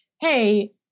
hey